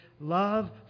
love